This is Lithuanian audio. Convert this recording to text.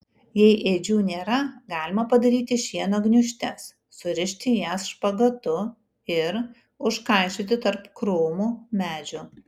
jei ėdžių nėra galima padaryti šieno gniūžtes surišti jas špagatu ir užkaišioti tarp krūmų medžių